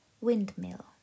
Windmill